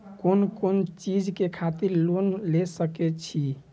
कोन कोन चीज के खातिर लोन ले सके छिए?